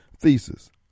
thesis